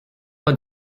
pas